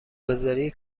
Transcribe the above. گذاری